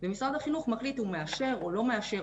ומשרד החינוך מחליט אם הוא מאשר או לא מאשר,